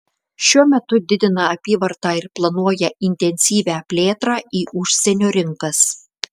šiuo metu didina apyvartą ir planuoja intensyvią plėtrą į užsienio rinkas